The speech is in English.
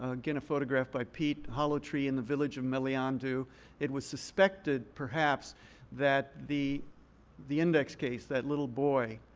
again, a photograph by pete. a hollow tree in the village of meliandou. it was suspected perhaps that the the index case, that little boy,